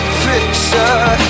picture